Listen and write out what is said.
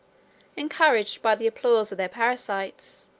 encouraged by the applause of their parasites,